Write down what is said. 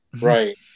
right